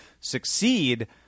succeed